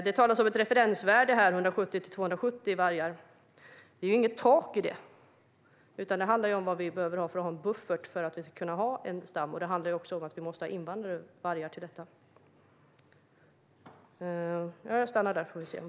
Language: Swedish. Det talas här om ett referensvärde på 170-270 vargar. Det är inget tak i det. Det handlar om vad vi behöver ha i buffert för att kunna ha en stam. Det handlar också om att vi måste ha invandrade vargar till detta. Jag stannar där.